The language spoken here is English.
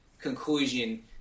conclusion